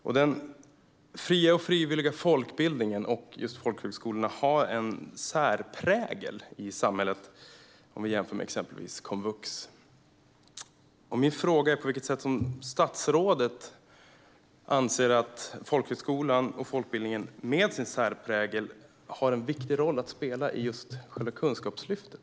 Den fria och frivilliga folkbildningen och folkhögskolorna har en särprägel i samhället jämfört med exempelvis komvux. På vilket sätt anser statsrådet att folkhögskolan och folkbildningen med sin särprägel har en viktig roll att spela i just själva Kunskapslyftet?